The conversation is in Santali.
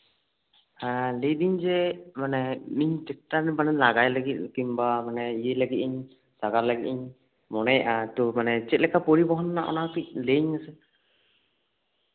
ᱞᱟᱹᱭ ᱫᱟᱹᱧ ᱡᱮ ᱤᱧ ᱴᱨᱟᱠᱴᱟᱨ ᱞᱟᱜᱟᱭ ᱞᱟᱹᱜᱤᱫ ᱠᱤᱢᱵᱟ ᱤᱭᱟᱹᱭ ᱞᱟᱜᱟᱣ ᱞᱟᱹᱜᱤᱫ ᱤᱧ ᱢᱚᱱᱮᱭᱮᱜᱼᱟ ᱛᱳ ᱪᱮᱫ ᱞᱮᱠᱟ ᱯᱚᱨᱤᱵᱚᱦᱚᱱ ᱨᱮᱱᱟᱜ ᱚᱱᱟ ᱠᱟᱹᱴᱤᱡ ᱞᱟᱹᱭ ᱟᱹᱧ ᱢᱮᱥᱮ